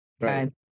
Right